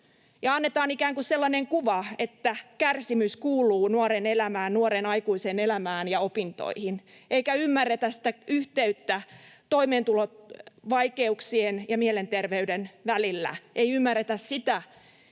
annetaan ikään kuin sellainen kuva, että kärsimys kuuluu nuoren elämään, nuoren aikuisen elämään ja opintoihin, eikä ymmärretä sitä yhteyttä toimeentulovaikeuksien ja mielenterveyden välillä,